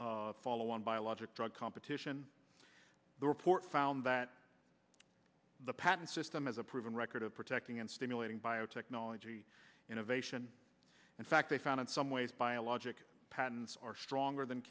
on follow on biologic drug competition the report found that the patent system has a proven record of protecting and stimulating biotech knology innovation in fact they found in some ways biologic patents are stronger than